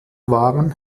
waren